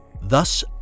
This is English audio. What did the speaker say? Thus